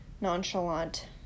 nonchalant